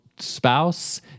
Spouse